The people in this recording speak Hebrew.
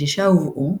השישה הובאו,